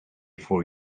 four